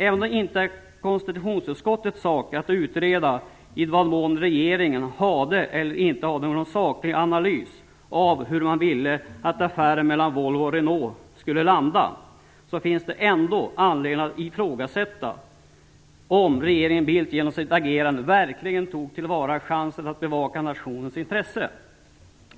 Även om det inte är konstitutionsutskottets sak att utreda i vad mån regeringen hade eller inte hade någon saklig analys av hur man ville att affären mellan Volvo och Renault skulle landa, så finns det ändå anledning att ifrågasätta om regeringen Bildt genom sitt agerande verkligen tog till vara chansen att bevaka nationens intressen.